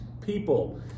people